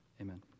Amen